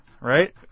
right